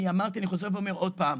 אני חוזר ואומר עוד פעם: